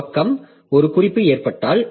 ஒரு பக்கம் ஒரு குறிப்பு ஏற்பட்டால்